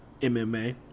MMA